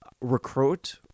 recruit